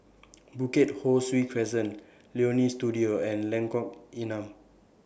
Bukit Ho Swee Crescent Leonie Studio and Lengkok Enam